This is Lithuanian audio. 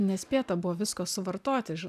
nespėta buvo visko suvartoti ži